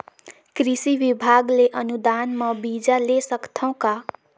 कृषि विभाग ले अनुदान म बीजा ले सकथव का?